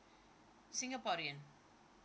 singaporean